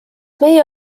meie